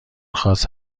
خاص